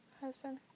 husband